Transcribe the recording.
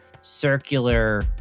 circular